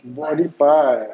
body part